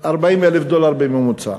40,000 דולר בממוצע.